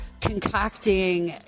concocting